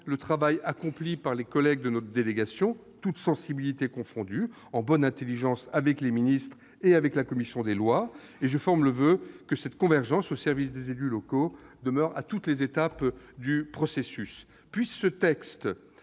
le travail accompli par les collègues de notre délégation, toutes sensibilités confondues, en bonne intelligence avec les ministres et avec la commission des lois et je forme le voeu que cette convergence au service des élus locaux demeure à toutes les étapes du processus.